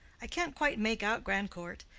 i can't quite make out grandcourt.